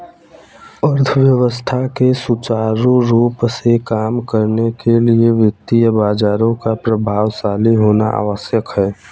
अर्थव्यवस्था के सुचारू रूप से काम करने के लिए वित्तीय बाजारों का प्रभावशाली होना आवश्यक है